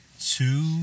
two